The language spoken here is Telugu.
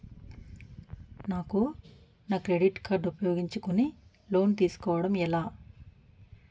నాకు నా క్రెడిట్ కార్డ్ ఉపయోగించుకుని లోన్ తిస్కోడం ఎలా?